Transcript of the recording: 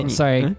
sorry